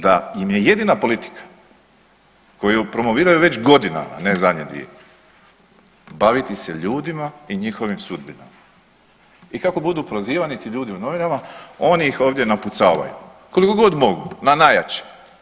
Da im je jedina politika koju promoviraju već godinama, ne zadnje dvije baviti se ljudima i njihovim sudbinama i kako budu prozivani ti ljudi u novinama oni ih ovdje napucavaju koliko god mogu na najjače.